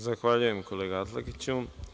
Zahvaljujem, kolega Atlagiću.